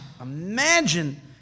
imagine